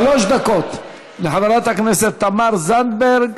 שלוש דקות לחברת הכנסת תמר זנדברג